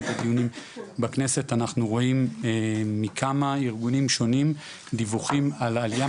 בדיונים בכנסת אנחנו רואים מכמה ארגונים שונים דיווחים על עלייה